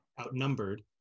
outnumbered